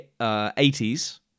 80s